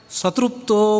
Satrupto